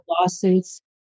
lawsuits